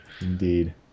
Indeed